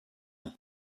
ans